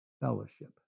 fellowship